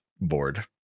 board